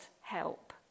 help